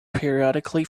periodically